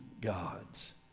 gods